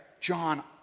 John